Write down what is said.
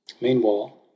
Meanwhile